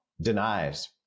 denies